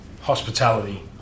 Hospitality